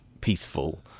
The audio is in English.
peaceful